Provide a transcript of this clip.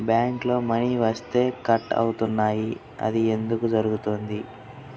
బ్యాంక్లో మని వేస్తే కట్ అవుతున్నాయి అది ఎందుకు జరుగుతోంది?